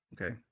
Okay